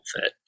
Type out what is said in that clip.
fit